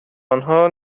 انها